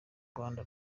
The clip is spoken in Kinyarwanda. rwanda